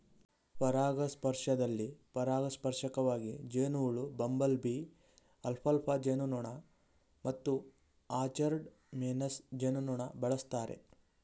ಪರಾಗಸ್ಪರ್ಶದಲ್ಲಿ ಪರಾಗಸ್ಪರ್ಶಕವಾಗಿ ಜೇನುಹುಳು ಬಂಬಲ್ಬೀ ಅಲ್ಫಾಲ್ಫಾ ಜೇನುನೊಣ ಮತ್ತು ಆರ್ಚರ್ಡ್ ಮೇಸನ್ ಜೇನುನೊಣ ಬಳಸ್ತಾರೆ